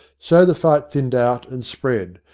so the fight thinned out and spread,